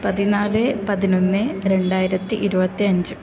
പതിനാല് പതിനൊന്ന് രണ്ടായിരത്തി ഇരുപത്തിയഞ്ച്